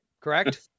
Correct